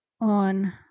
on